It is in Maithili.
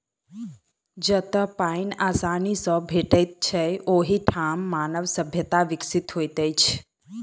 जतअ पाइन आसानी सॅ भेटैत छै, ओहि ठाम मानव सभ्यता विकसित होइत अछि